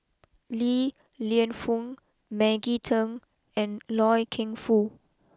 Li Lienfung Maggie Teng and Loy Keng Foo